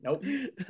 Nope